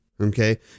Okay